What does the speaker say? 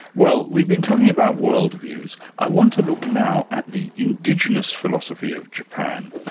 well, we've been talking about world views. i want to look now at the indigenous philosophy of japan.